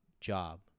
job